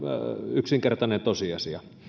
yksinkertainen tosiasia myös